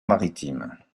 maritime